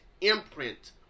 imprint